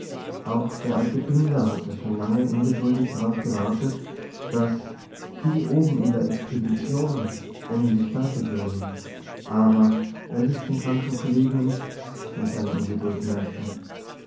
auch der alte binder hatte schon lange ungeduldig darauf gewartet daß die oben in der expedition endlich fertig würden aber er ließ den kranken kollegen nichts von seiner ungeduld merken